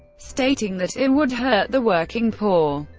stating that it would hurt the working poor.